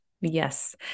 Yes